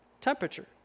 temperature